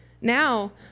Now